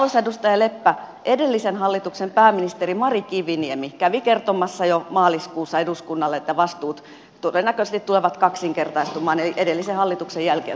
arvoisa edustaja leppä edellisen hallituksen pääministeri mari kiviniemi kävi kertomassa jo maaliskuussa eduskunnalle että vastuut todennäköisesti tulevat kaksinkertaistumaan eli edellisen hallituksen jälkiä tässä paikkaillaan